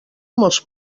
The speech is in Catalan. molts